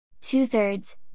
Two-thirds